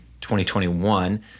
2021